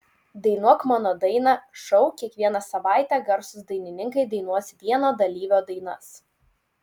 dainuok mano dainą šou kiekvieną savaitę garsūs dainininkai dainuos vieno dalyvio dainas